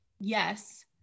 yes